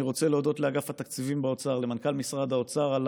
אני רוצה להודות לאגף התקציבים באוצר ולמנכ"ל משרד האוצר על